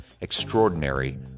Extraordinary